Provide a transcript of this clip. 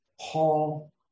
Paul